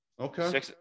Okay